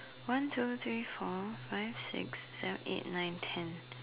one two three four five six seven eight nine ten